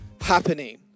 happening